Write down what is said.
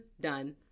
done